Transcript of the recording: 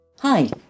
Hi